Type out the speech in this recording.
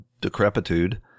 decrepitude